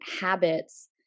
habits